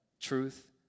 truth